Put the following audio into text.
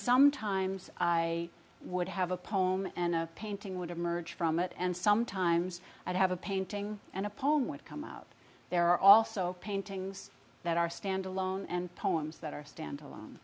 sometimes i would have a poem and a painting would emerge from it and sometimes i'd have a painting and a poem would come out there are also paintings that are standalone and poems that are